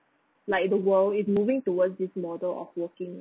like the world is moving towards this model of working